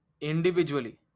individually